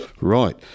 right